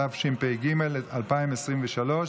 התשפ"ג 2023,